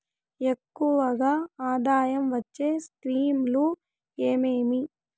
ఎక్కువగా ఆదాయం వచ్చే స్కీమ్ లు ఏమేమీ?